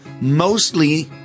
Mostly